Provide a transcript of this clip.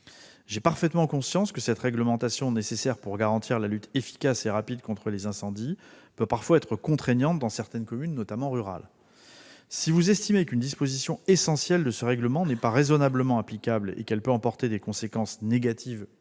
J'ai parfaitement conscience que cette réglementation, nécessaire pour garantir la lutte efficace et rapide contre les incendies, peut parfois être contraignante dans certaines communes, notamment rurales. Si vous estimez qu'une disposition essentielle de ce règlement n'est pas raisonnablement applicable et qu'elle peut emporter des conséquences négatives